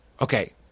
Okay